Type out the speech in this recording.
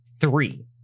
three